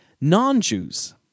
non-Jews